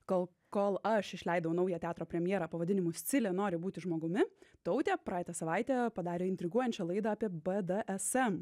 kol kol aš išleidau naują teatro premjerą pavadinimu scilė nori būti žmogumi tautė praeitą savaitę padarė intriguojančią laidą apie bdsm